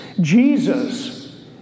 Jesus